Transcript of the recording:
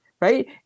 Right